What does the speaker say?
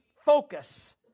focus